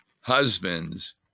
husbands